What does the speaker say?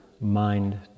mind